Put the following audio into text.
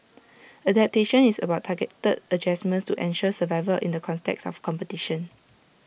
adaptation is about targeted adjustments to ensure survival in the context of competition